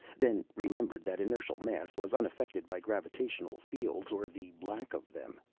then remembered that inertial mass was unaffected by gravitational fields, or the lack of them.